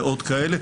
ועוד כאלה.